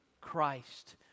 Christ